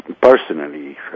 personally